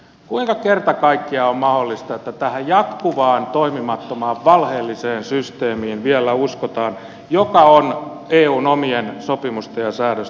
kuinka kerta kaikkiaan on mahdollista että tähän jatkuvaan toimimattomaan valheelliseen systeemiin vielä uskotaan joka on eun omien sopimusten ja säädösten vastainen